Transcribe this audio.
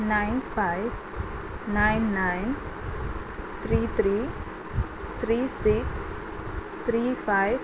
nine five nine nine three three three six three five